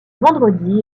vendredi